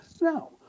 No